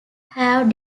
have